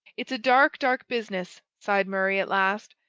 it's a dark, dark business! sighed murray at last.